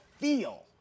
feel